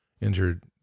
injured